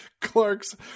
Clark's